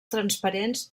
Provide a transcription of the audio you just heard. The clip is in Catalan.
transparents